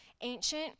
ancient